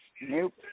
Nope